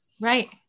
Right